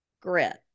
grit